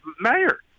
mayor